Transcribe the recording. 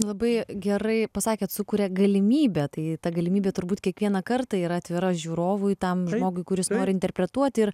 labai gerai pasakėt sukuria galimybę tai ta galimybė turbūt kiekvieną kartą yra atvira žiūrovui tam žmogui kuris nori interpretuot ir